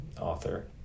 author